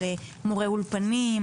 על מורי אולפנים,